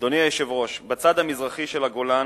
אדוני היושב-ראש, בצד המזרחי של הגולן